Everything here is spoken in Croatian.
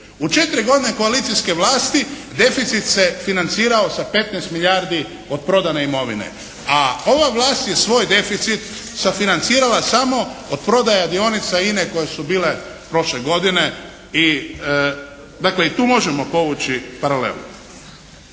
U četiri godine koalicijske vlasti deficit se financirao sa 15 milijardi od prodane imovine, a ova vlast je svoj deficit sufinancirala samo od prodaja dionica INA-e koje su bile prošle godine i dakle i tu možemo povući paralelu.